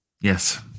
Yes